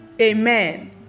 Amen